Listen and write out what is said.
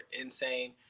insane